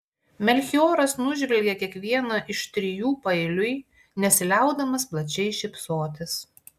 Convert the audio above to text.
melchioras nužvelgė kiekvieną iš trijų paeiliui nesiliaudamas plačiai šypsotis